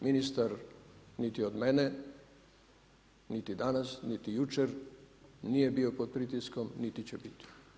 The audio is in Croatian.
Ministar niti od mene, niti danas, niti jučer nije bio pod pritiskom niti će biti.